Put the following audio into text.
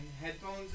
headphones